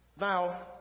Now